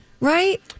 right